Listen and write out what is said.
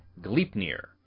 Gleipnir